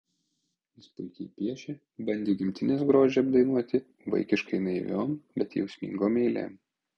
jis puikiai piešė bandė gimtinės grožį apdainuoti vaikiškai naiviom bet jausmingom eilėm